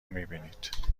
میبینید